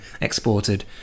exported